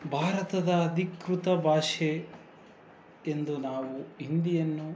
ಭಾರತದ ಅಧಿಕೃತ ಭಾಷೆ ಎಂದು ನಾವು ಹಿಂದಿಯನ್ನು